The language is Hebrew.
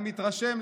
אני מתרשם,